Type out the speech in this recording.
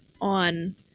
on